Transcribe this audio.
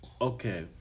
okay